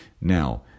now